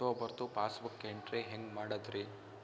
ಅಕ್ಟೋಬರ್ದು passbook entry ಹೆಂಗ್ ಮಾಡದ್ರಿ?